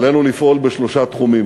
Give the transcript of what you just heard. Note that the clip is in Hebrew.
עלינו לפעול בשלושה תחומים: